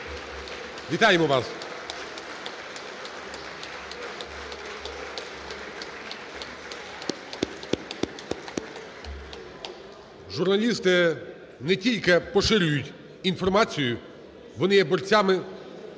Вітаємо вас! (Оплески) Журналісти не тільки поширюють інформацію, вони є борцями